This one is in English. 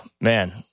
man